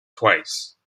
twice